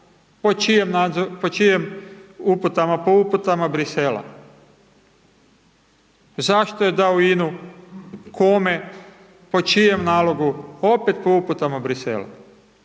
Po čime uputama, po uputama Bruxellesa. Zašto je dao INU, kome, po čijem nalogu? Opet po uputama Bruxellesa.